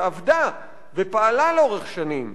שעבדה ופעלה לאורך שנים.